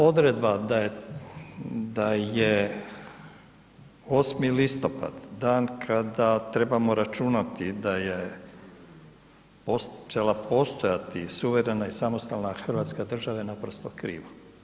Odredba da je 8. listopad dan kada trebamo računati da je počela postojati suvremena i samostalna hrvatska država je naprosto krivo.